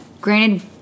Granted